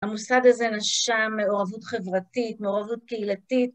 המוסד הזה נשם מעורבות חברתית, מעורבות קהילתית.